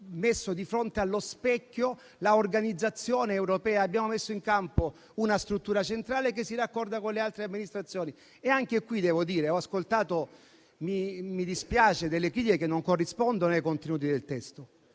messo di fronte allo specchio l'organizzazione europea. Abbiamo messo in campo una struttura centrale che si raccorda con le altre amministrazioni. Anche qui, devo dire, ho ascoltato critiche che non corrispondono ai contenuti del testo.